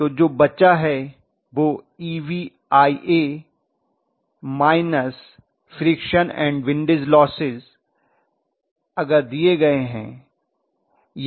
तो जो बचा है वह EbIa minus friction and windage losses अगर दिए हैं